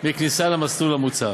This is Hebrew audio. מכניסה למסלול המוצע.